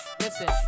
listen